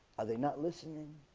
are they not listening,